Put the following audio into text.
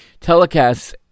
telecasts